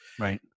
Right